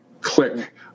click